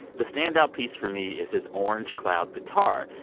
the standout piece for me is his orange cloud guitar.